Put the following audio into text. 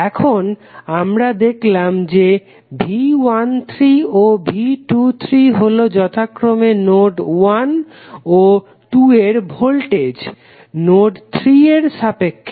এখন আমরা দেখলাম যে V13 ও V23 হলো যথাক্রমে নোড 1 ও 2 এর ভোল্টেজে নোড 3 এর সাপেক্ষে